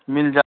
مل جا